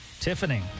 Tiffany